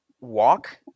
walk